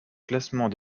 classement